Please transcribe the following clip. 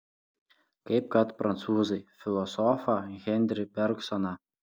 kaip kad prancūzai filosofą henri bergsoną